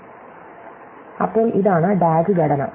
Refer Slide time 1410 അപ്പോൾ ഇതാണ് DAG ഘടന